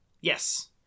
Yes